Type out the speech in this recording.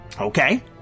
okay